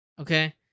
Okay